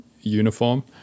uniform